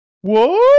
whoa